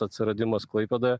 atsiradimas klaipėdoje